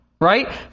right